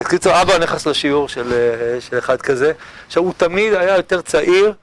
בקיצור, אבא נכנס לשיעור של אחד כזה, עכשיו הוא תמיד היה יותר צעיר.